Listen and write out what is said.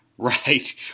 Right